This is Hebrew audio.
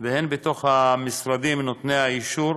והן בתוך המשרדים נותני האישור,